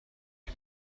die